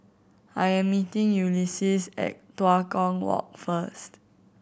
I am meeting Ulises at Tua Kong Walk first